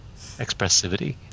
expressivity